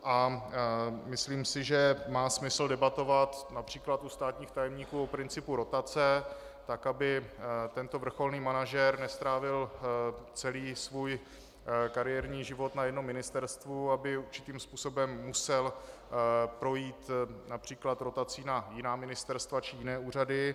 A myslím si, že má smysl debatovat např. u státních tajemníků o principu rotace, tak aby tento vrcholný manažer nestrávil celý svůj kariérní život na jednom ministerstvu, aby určitým způsobem musel projít např. rotací na jiná ministerstva či jiné úřady.